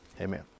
Amen